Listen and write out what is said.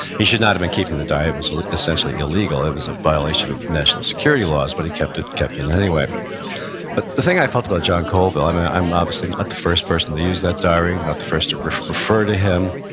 he should not have been keeping the diary. it was like essentially illegal, it was a violation of national security laws, but he kept it and anyway but the thing i felt about john colville, i'm ah i'm obviously not the first person to use that diary, not the first to refer refer to him.